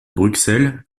bruxelles